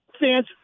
fans